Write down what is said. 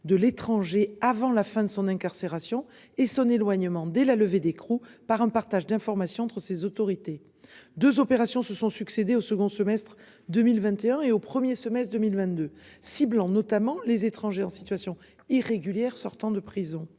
de l'étranger avant la fin de son incarcération et son éloignement. Dès la levée d'écrou par un partage d'informations entre ces autorités 2 opérations se sont succédé au second semestre 2021 et au 1er semestre 2022, ciblant notamment les étrangers en situation irrégulière sortant de prison.